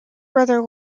brother